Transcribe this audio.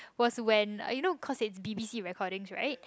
was when you know cause it's B_B_C recordings right